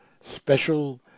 special